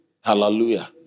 Hallelujah